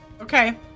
Okay